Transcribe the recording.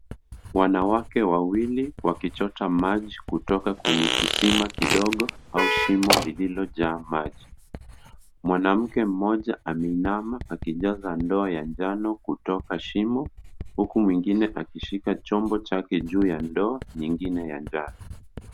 Wanawake wawili wakichota maji kutoka kwenye kisima kidogo au shimo lililojaa maji. Mwanamke mmoja ameinama akijaza ndoo ya njano kutoka shimo, huku mwingine akishika chombo chake juu ya ndoo nyingine ya njano.